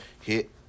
hit